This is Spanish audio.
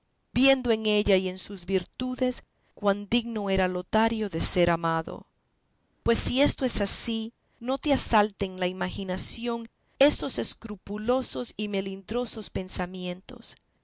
viendo en ella y en sus virtudes cuán digno era lotario de ser amado pues si esto es ansí no te asalten la imaginación esos escrupulosos y melindrosos pensamientos